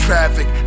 traffic